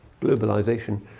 globalization